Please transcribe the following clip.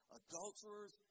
adulterers